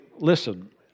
listen